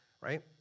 right